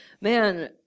man